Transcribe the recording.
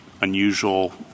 unusual